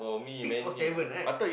six or seven right